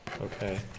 okay